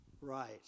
Right